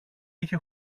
είχε